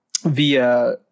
via